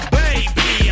baby